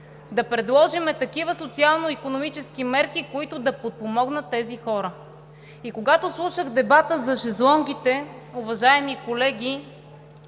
да предложим такива социално-икономически мерки, които да подпомогнат тези хора. Когато слушах дебата за шезлонгите, уважаеми колеги,